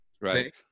right